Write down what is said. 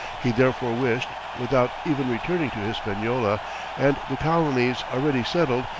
he therefore wished, without even returning to hispaniola and the colonies already settled,